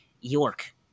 York